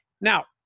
Now